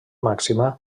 màxima